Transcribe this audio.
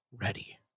ready